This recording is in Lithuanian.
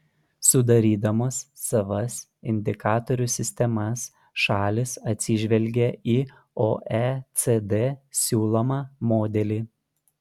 sudarydamos savas indikatorių sistemas šalys atsižvelgia į oecd siūlomą modelį